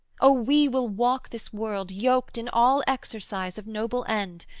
o we will walk this world, yoked in all exercise of noble end,